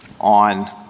on